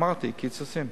אמרתי, קיצוצים.